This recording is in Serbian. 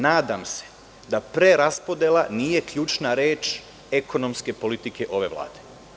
Nadam se da preraspodela nije ključna reč ekonomske politike ove Vlade.